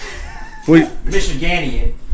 Michiganian